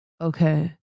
Okay